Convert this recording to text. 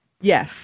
Yes